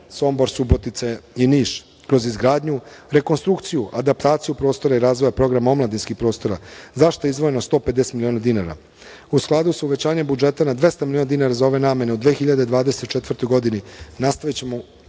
Sombor, Subotica i Niš, kroz izgradnju, rekonstrukciju, adaptaciju prostora i razvoja programa omladinskih prostora, a za šta je izdvojeno 150 miliona dinara.U skladu sa uvećanjem budžeta na 200 miliona dinara za ove namene od 2024. godine nastavićemo